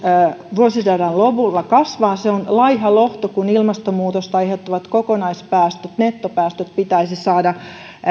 vuosisadan lopulla kasvaa on laiha lohtu kun ilmastonmuutosta aiheuttavat kokonaispäästöt nettopäästöt pitäisi saada